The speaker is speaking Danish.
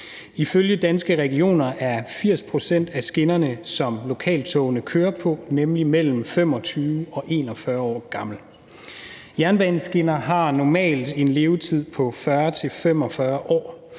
Ifølge Danske Regioner er 80 pct. af skinnerne, som lokaltogene kører på, nemlig mellem 25 og 41 år gamle skinner. Jernbaneskinner har normalt en levetid på 40-45 år,